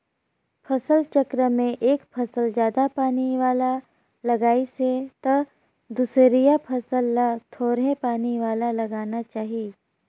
फसल चक्र में एक फसल जादा पानी वाला लगाइसे त दूसरइया फसल ल थोरहें पानी वाला लगाना चाही